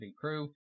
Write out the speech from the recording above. crew